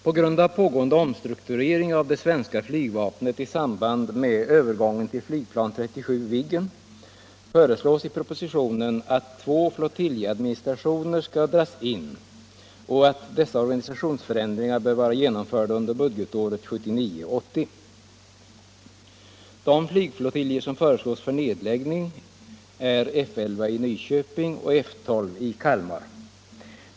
På grund av pågående omstrukturering av det svenska flygvapnet i samband med övergången till flygplan 37 Viggen föreslås i propositionen att två flottiljadministrationer skall dras in och att dessa organisationsförändringar bör vara genomförda under budgetåret 1979/80. De flygflottiljer som föreslås för nedläggning är F 11 i Nyköping och F12 i Kalmar.